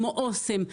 כמו אסם,